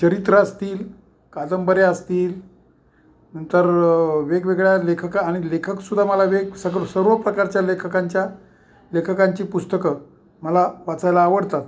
चरित्र असतील कादंबऱ्या असतील नंतर वेगवेगळ्या लेखक आणि लेखकसुद्धा मला वेग सग सर्व प्रकारच्या लेखकांच्या लेखकांची पुस्तकं मला वाचायला आवडतात